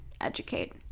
educate